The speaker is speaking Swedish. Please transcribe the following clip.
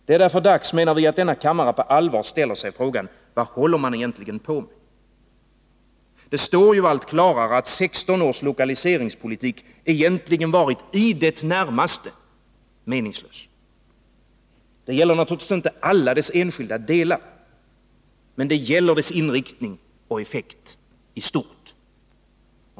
Det är dags, menar vi, att denna kammare på allvar ställer sig frågan: Vad håller man egentligen på med? Det står allt klarare att 16 års lokaliseringspolitik egentligen varit i det närmaste meningslös. Det gäller naturligtvis inte alla dess enskilda delar. Men det gäller dess inriktning och effekt i stort.